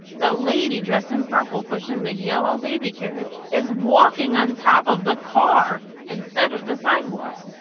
the lady dressed in purple pushing the yellow baby carriage is walking on top of the car instead of the sidewalk.